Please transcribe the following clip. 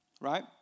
right